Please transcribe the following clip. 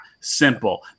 simple